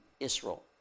Israel